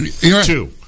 two